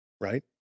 right